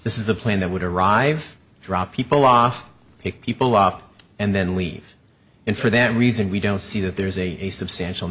this is a plan that would arrive drop people off pick people up and then leave and for that reason we don't see that there is a substantial